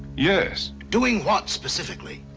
yes. doing what, specifically?